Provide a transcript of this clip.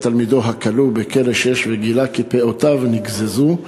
תלמידו הכלוא בכלא 6 וגילה כי פאותיו נגזזו.